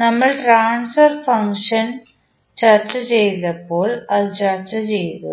ഞങ്ങൾ transfer function ചർച്ച ചെയ്തപ്പോൾ ഇത് ചർച്ചചെയ്തു